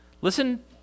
Listen